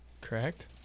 Correct